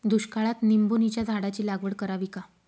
दुष्काळात निंबोणीच्या झाडाची लागवड करावी का?